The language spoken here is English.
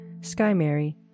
Skymary